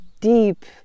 deep